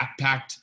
backpacked